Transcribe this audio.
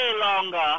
longer